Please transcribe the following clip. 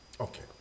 Okay